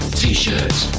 t-shirts